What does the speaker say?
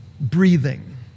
breathing